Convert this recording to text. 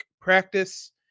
practice